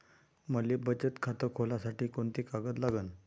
मले बचत खातं खोलासाठी कोंते कागद लागन?